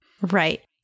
Right